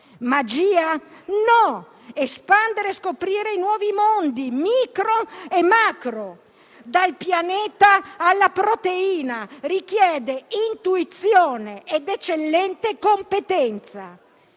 Magia? No: espandere e scoprire i nuovi mondi, micro e macro, dal pianeta alla proteina, richiede intuizione ed eccellente competenza.